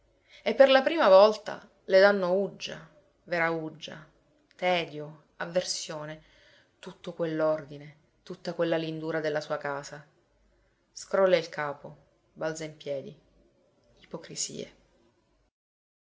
e per la prima volta le danno uggia vera uggia tedio avversione tutto quell'ordine tutta quella lindura della sua casa scrolla il capo balza in piedi ipocrisie